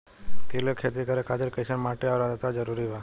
तिल के खेती करे खातिर कइसन माटी आउर आद्रता जरूरी बा?